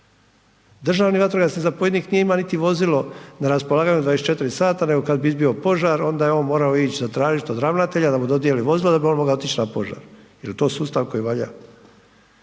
Državni vatrogasni zapovjednik nije imao niti vozilo na raspolaganju 24h nego kada bi izbio požar onda je on morao ići zatražiti od ravnatelja da mu dodjeli vozilo da bi on mogao otići na požar. Je li to sustav koji valja?